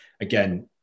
again